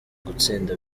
gutsinda